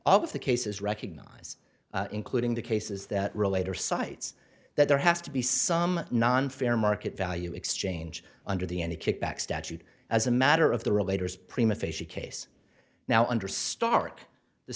all of the cases recognize including the cases that relate or cites that there has to be some non fair market value exchange under the any kickback statute as a matter of the relator is prima facie case now under stark the